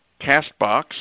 Castbox